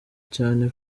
cyane